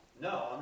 No